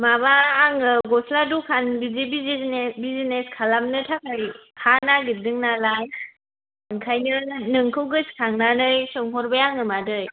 माबा आङो गस्ला दखान बिदि बिजनेस खालामनो थाखाय हा नागिरदों नालाय ओंखायनो नोंखौ गोसो खांनानै सोंहरबाय आङो मादै